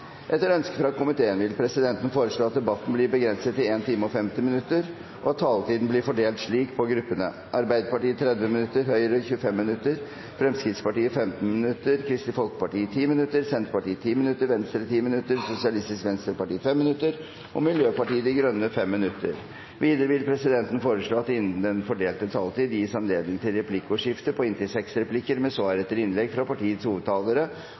Etter ønske fra næringskomiteen vil presidenten foreslå at debatten blir begrenset til 1 time og 50 minutter, og at taletiden blir fordelt slik på gruppene: Arbeiderpartiet 30 minutter, Høyre 25 minutter, Fremskrittspartiet 15 minutter, Kristelig Folkeparti 10 minutter, Senterpartiet 10 minutter, Venstre 10 minutter, Sosialistisk Venstreparti 5 minutter og Miljøpartiet De Grønne 5 minutter. Videre vil presidenten foreslå at det blir gitt anledning til replikkordskifte på inntil seks replikker med svar etter innlegg fra partiets hovedtalere